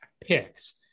picks